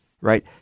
right